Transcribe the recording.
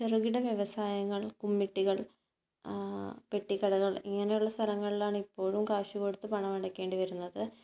ചെറുകിട വ്യവസായങ്ങൾ കുമ്മിട്ടികൾ പെട്ടി കടകൾ ഇങ്ങനെയുള്ള സ്ഥലങ്ങളിലാണ് ഇപ്പോഴും കാശ് കൊടുത്ത് പണം അടക്കേണ്ടി വരുന്നത്